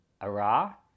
Ara